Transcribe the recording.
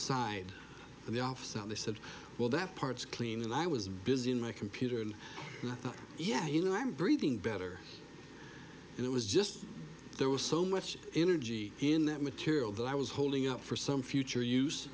side of the offset they said well that part's clean and i was busy in my computer and i thought yeah you know i'm breathing better and it was just there was so much energy in that material that i was holding out for some future use